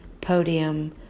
podium